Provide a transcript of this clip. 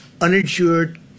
uninsured